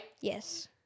Yes